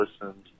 listened